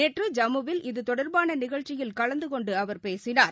நேற்று ஜம்மு வில் இது தொடர்பான நிகழ்ச்சியில் கலந்து கொண்டு அவர் பேசினார்